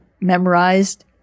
memorized